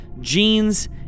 jeans